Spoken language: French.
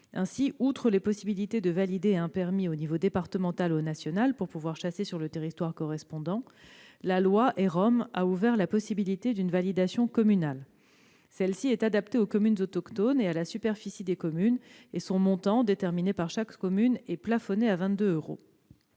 Ainsi, outre les possibilités de valider un permis au niveau départemental ou au niveau national pour pouvoir chasser sur le territoire correspondant, la loi ÉROM a ouvert la possibilité d'une validation communale. Celle-ci est adaptée aux communes autochtones et à la superficie des communes. Son montant, déterminé par chacune d'entre elles, est plafonné à 22 euros.